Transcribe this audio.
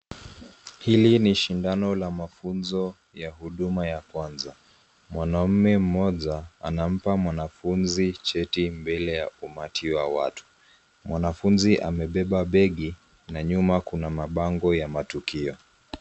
Hili ni shindano la mafunzo ya huduma ya kwanza. Mwanaume mmoja anampa mwanafunzi cheti mbele ya umati wa watu. Mwanafunzi amebeba begi, na nyuma kuna mabango ya matukio.